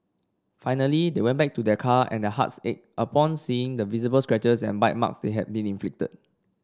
finally they went back to their car and hearts ached upon seeing the visible scratches and bite marks they had been inflicted